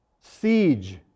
Siege